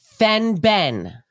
Fenben